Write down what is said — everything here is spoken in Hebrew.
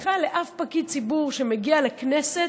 ובכלל לאף פקיד ציבור שמגיע לכנסת,